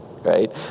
right